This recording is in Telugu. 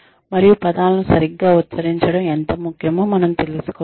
మరియు పదాలను సరిగ్గా ఉచ్చరించడం ఎంత ముఖ్యమో మనం తెలుసుకోవాలి